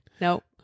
Nope